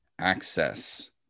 access